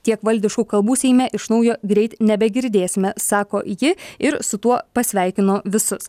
tiek valdiškų kalbų seime iš naujo greit nebegirdėsime sako ji ir su tuo pasveikino visus